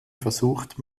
versucht